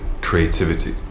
creativity